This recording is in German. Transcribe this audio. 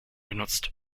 genutzt